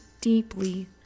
deeply